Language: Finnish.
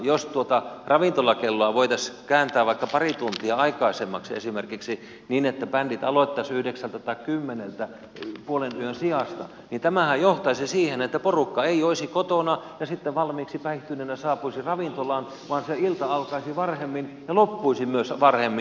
jos tuota ravintolakelloa voitaisiin kääntää vaikka pari tuntia aikaisemmaksi esimerkiksi niin että bändit aloittaisivat yhdeksältä tai kymmeneltä puolen yön sijasta niin tämähän johtaisi siihen että porukka ei joisi kotona ja sitten valmiiksi päihtyneenä saapuisi ravintolaan vaan se ilta alkaisi varhemmin ja loppuisi myös varhemmin